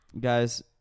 Guys